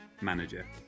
manager